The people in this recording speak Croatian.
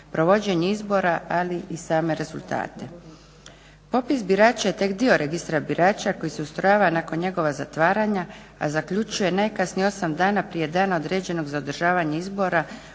provođenje izbora ali i same rezultate. Popis birača je tek dio registra birača koji se ustrojava nakon njegova zatvaranja, a zaključuje najkasnije 8 dana prije dana određenog za održavanje izbora